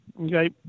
Okay